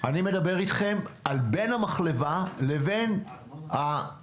אני מדבר אתכם על בין המחלבה לבין האזרח.